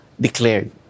declared